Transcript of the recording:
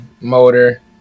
motor